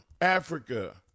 Africa